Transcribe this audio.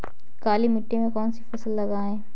काली मिट्टी में कौन सी फसल लगाएँ?